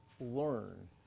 learn